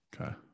Okay